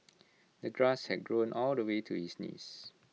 the grass had grown all the way to his knees